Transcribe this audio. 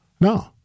no